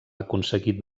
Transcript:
aconseguit